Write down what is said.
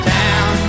town